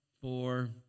four